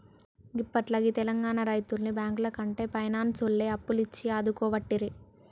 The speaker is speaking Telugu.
గిప్పట్ల గీ తెలంగాణ రైతుల్ని బాంకులకంటే పైనాన్సోల్లే అప్పులిచ్చి ఆదుకోవట్టిరి